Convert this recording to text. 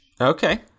Okay